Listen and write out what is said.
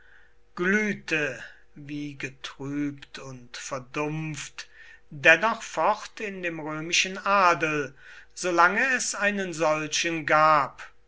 glühte wie getrübt und verdumpft dennoch fort in dem römischen adel solange es einen solchen gab